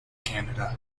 canada